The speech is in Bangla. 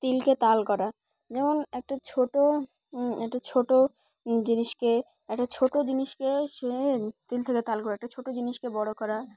তিলকে তাল করা যেমন একটা ছোটো একটা ছোটো জিনিসকে একটা ছোটো জিনিসকে সে তিল থেকে তাল করা একটা ছোটো জিনিসকে বড়ো করা